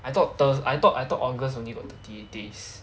I thought thurs~ I thought I thought august only got thirty days